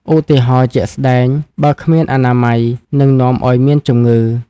ឧទាហរណ៍ជាក់ស្ដែង៖បើគ្មានអនាម័យ នឹងនាំឱ្យមានជំងឺ។